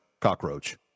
cockroach